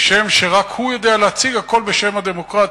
כשם שרק הוא יודע להציג, בשם הדמוקרטיה.